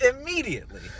immediately